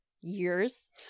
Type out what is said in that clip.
years